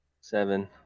Seven